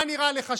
מה נראה לך,